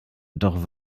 doch